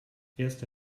erste